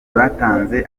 batanze